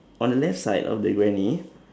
on the left side of the granny